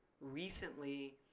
recently